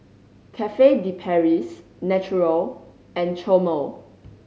Cafe De Paris Naturel and Chomel